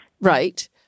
Right